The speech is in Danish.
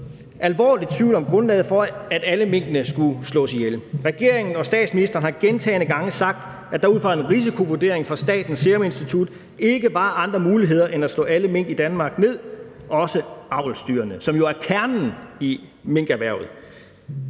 alvorlig tvivl om grundlaget for, at alle minkene skulle slås ihjel. Regeringen og statsministeren har gentagne gange sagt, at der ud fra en risikovurdering fra Statens Serum Institut ikke var andre muligheder end at slå alle mink i Danmark ned – også avlsdyrene, som jo er kernen i minkerhvervet.